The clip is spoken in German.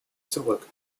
zurück